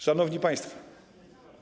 Szanowni Państwo!